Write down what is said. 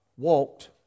Walked